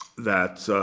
that,